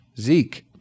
Zeke